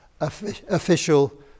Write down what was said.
official